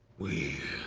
we